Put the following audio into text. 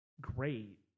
great